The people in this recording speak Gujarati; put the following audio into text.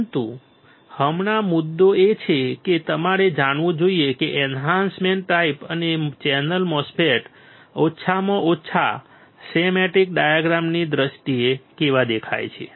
પરંતુ હમણાં મુદ્દો એ છે કે તમારે જાણવું જોઈએ કે એન્હાન્સમેન્ટ ટાઈપ અને ચેનલ MOSFET ઓછામાં ઓછા સ્કેમેટિક ડાયાગ્રામની દ્રષ્ટિએ કેવા દેખાય છે